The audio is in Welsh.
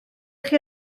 chi